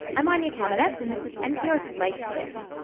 i'm anya kamenetz, and this is npr's life kit.